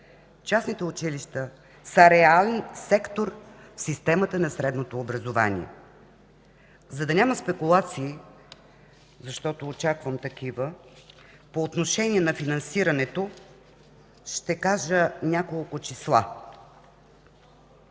Частните училища са реален сектор в системата на средното образование. За да няма спекулации, защото очаквам такива, по отношение на финансирането, ще кажа няколко числа.